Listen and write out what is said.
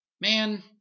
man